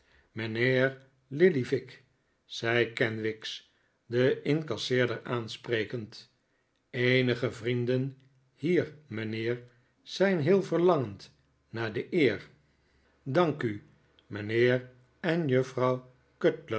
mijnheer lillyvick zei kenwigs den incasseerder aansprekend eenige vrienden hier mijnheer zijn heel verlangend naar de eer dank u mijnheer en jufnikolaas